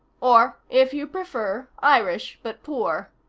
or, if you prefer, irish, but poor.